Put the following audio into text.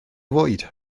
fwyd